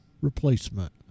replacement